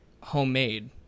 homemade